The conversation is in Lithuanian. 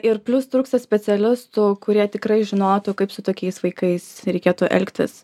ir plius trūksta specialistų kurie tikrai žinotų kaip su tokiais vaikais reikėtų elgtis